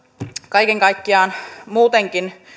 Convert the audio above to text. kaiken kaikkiaan muutenkin